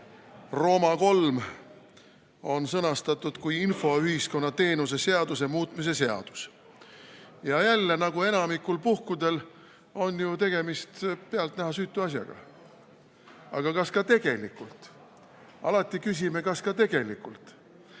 359 on sõnastatud kui infoühiskonna teenuse seaduse muutmise seadus. Ja jälle, nagu enamikul puhkudel, on ju tegemist pealtnäha süütu asjaga. Aga kas ka tegelikult? Alati küsime, kas ka tegelikult.